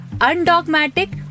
undogmatic